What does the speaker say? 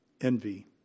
Envy